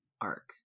arc